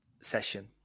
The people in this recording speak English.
session